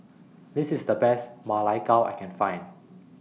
This IS The Best Ma Lai Gao that I Can Find